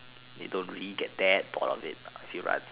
you don't really get that bored of it I feel